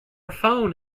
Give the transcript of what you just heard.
phone